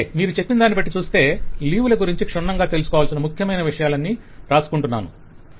మీరు చెప్పినదాన్ని బట్టి చూస్తే లీవ్ ల గురించి క్షుణ్ణంగా తెలుసుకోవాల్సిన ముఖ్యమైన విషయాలన్నీ రాసుకున్నాననుకుంటా